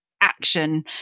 action